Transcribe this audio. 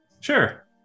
Sure